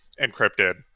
encrypted